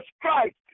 Christ